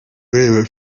ureba